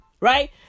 Right